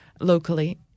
locally